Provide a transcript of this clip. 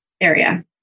area